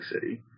City